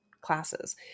classes